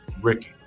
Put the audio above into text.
Ricky